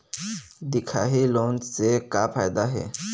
दिखाही लोन से का फायदा हे?